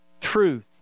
truth